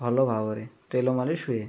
ଭଲ ଭାବରେ ତେଲ ମାଲିସ୍ ହୁଏ